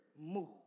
move